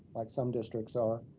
like some districts are,